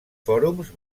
fòrums